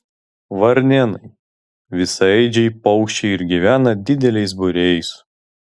varnėnai visaėdžiai paukščiai ir gyvena dideliais būriais